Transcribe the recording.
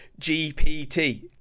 gpt